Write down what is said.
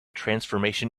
transformation